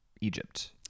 egypt